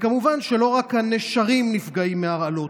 כמובן שלא רק הנשרים נפגעים מהרעלות.